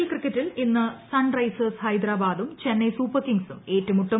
L ക്രിക്കറ്റിൽ ഇന്ന് sun risers ഹൈദരാബാദും ചെന്നൈ സൂപ്പർ കിങ്സും ഏറ്റുമുട്ടും